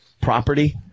property